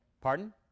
Pardon